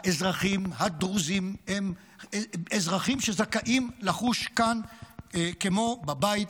האזרחים הדרוזים זכאים לחוש כאן כמו בבית.